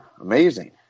Amazing